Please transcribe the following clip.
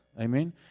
Amen